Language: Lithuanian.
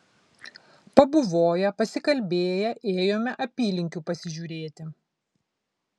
pabuvoję pasikalbėję ėjome apylinkių pasižiūrėti